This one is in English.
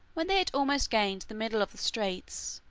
when they had almost gained the middle of straits,